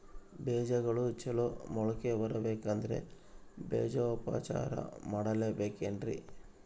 ಬೇಜಗಳು ಚಲೋ ಮೊಳಕೆ ಬರಬೇಕಂದ್ರೆ ಬೇಜೋಪಚಾರ ಮಾಡಲೆಬೇಕೆನ್ರಿ?